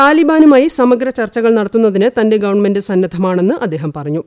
താലിബ്ബാനുമായി സമഗ്ര ചർച്ചകൾ നടത്തുന്നതിന് തന്റെ ഗവൺമെന്റ് സന്നദ്ധമാണെന്ന് അദ്ദേഹം പറഞ്ഞു